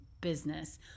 business